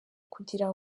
kugira